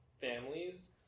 families